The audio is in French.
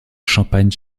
champagne